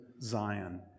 Zion